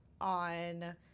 on